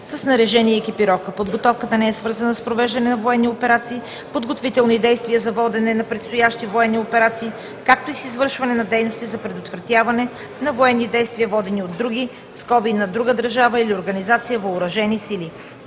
снаряжение и екипировка. Подготовката не е свързана с провеждане на военни операции и подготвителни действия за водене на предстоящи военни операции, както и с извършване на дейности за предотвратяване на военни действия, водени от други (на друга държава или организация) въоръжени сили.